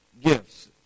gifts